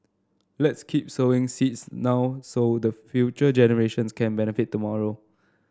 let's keep sowing seeds now so the future generations can benefit tomorrow